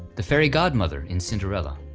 the fairy godmother in cinderella,